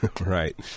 Right